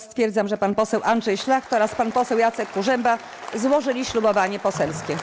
Stwierdzam, że pan poseł Andrzej Szlachta oraz pan poseł Jacek Kurzępa złożyli ślubowanie poselskie.